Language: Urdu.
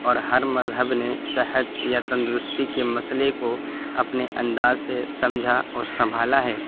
اور ہر مذہب نے صحت یا تندرستی کے مسئلے کو اپنے انداز سے سمجھا اور سنبھالا ہے